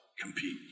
Compete